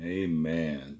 Amen